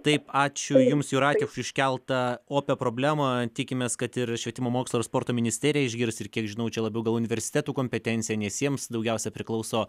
taip ačiū jums jūrate už iškeltą opią problemą tikimės kad ir švietimo mokslo ir sporto ministerija išgirs ir kiek žinau čia labiau gal universitetų kompetencija nes jiems daugiausia priklauso